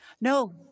No